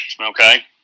okay